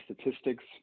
statistics